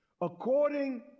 according